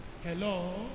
Hello